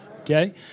Okay